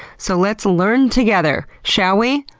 so let's learn together, shall we?